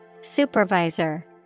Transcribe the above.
Supervisor